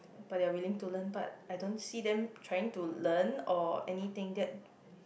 but they willing to learn but I don't see them trying to learn or anything that